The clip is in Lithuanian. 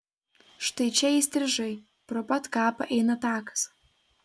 štai čia įstrižai pro pat kapą eina takas